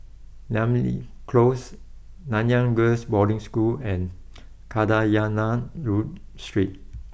Namly close Nanyang Girls' Boarding School and Kadayanallur Street